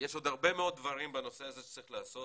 יש עוד הרבה מאוד דברים שצריך לעשות